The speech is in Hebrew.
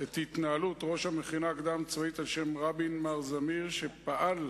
ראש המכינה הקדם-צבאית על שם רבין, מר זמיר, שפעל,